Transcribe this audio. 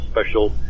special